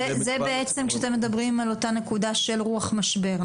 זה בעצם כשאתם מדברים על אותה נקודה של רוח משבר,